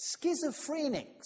schizophrenics